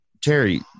Terry